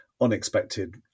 unexpected